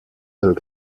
del